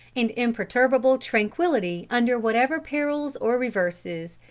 and imperturbable tranquility under whatever perils or reverses,